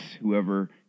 Whoever